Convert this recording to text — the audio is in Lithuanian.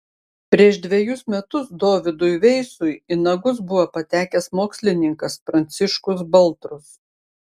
prieš dvejus metus dovydui veisui į nagus buvo patekęs mokslininkas pranciškus baltrus